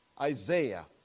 Isaiah